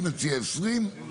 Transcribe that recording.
אני מציע 20,